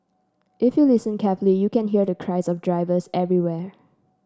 if you listen carefully you can hear the cries of drivers everywhere